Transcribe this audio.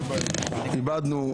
זה יהיה לעילוי נשמתו.